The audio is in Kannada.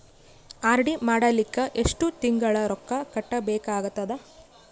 ಆರ್.ಡಿ ಮಾಡಲಿಕ್ಕ ಎಷ್ಟು ತಿಂಗಳ ರೊಕ್ಕ ಕಟ್ಟಬೇಕಾಗತದ?